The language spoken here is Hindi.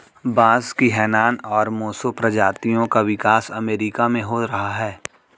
बांस की हैनान और मोसो प्रजातियों का विकास अमेरिका में हो रहा है